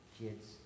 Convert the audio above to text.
kids